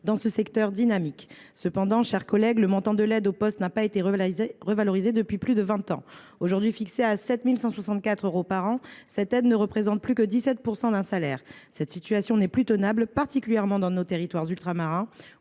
dans ce secteur dynamique. Toutefois, le montant de l’aide au poste n’a pas été revalorisé depuis plus de vingt ans. Aujourd’hui fixé à 7 164 euros par an, il ne représente plus 17 % d’un salaire. La situation n’est plus tenable, tout particulièrement dans nos territoires ultramarins,